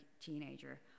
teenager